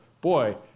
boy